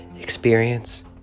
experience